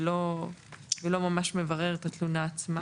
ולא ממש מברר את התלונה עצמה,